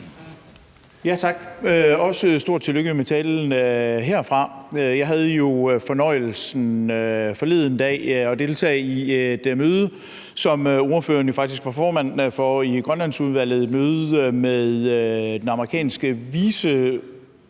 Tak. Også stort tillykke med talen herfra. Jeg havde jo fornøjelsen forleden dag at deltage i et møde, som ordføreren jo faktisk var formand for i Grønlandsudvalget. Det var et møde med den amerikanske